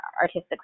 artistic